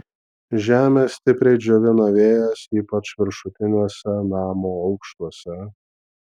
žemę stipriai džiovina vėjas ypač viršutiniuose namo aukštuose